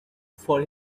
for